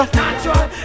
natural